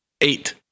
Eight